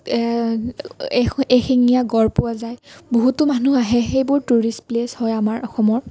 এ এশিঙীয়া গঁড় পোৱা যায় বহুতো মানুহ আহে সেইবোৰ টুৰিষ্ট প্লেচ হয় আমাৰ অসমৰ